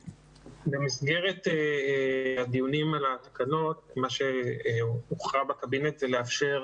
במסגרת הדיונים על התקנות מה שהוכרע בקבינט זה לאפשר